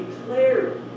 declared